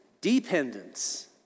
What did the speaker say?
dependence